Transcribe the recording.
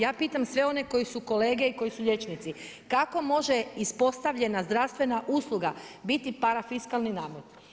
Ja pitam sve one koji su kolege i koji su liječnici, kako može ispostavljena zdravstvena usluga biti parafiskalni namet?